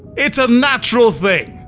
it's a natural thing!